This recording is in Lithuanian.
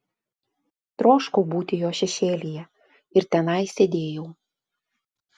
troškau būti jo šešėlyje ir tenai sėdėjau